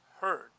heard